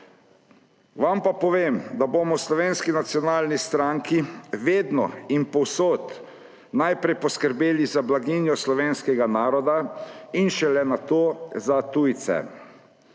Vam pa povem, da bomo v Slovenski nacionalni stranki vedno in povsod najprej poskrbeli za blaginjo slovenskega naroda in šele nato za tujce.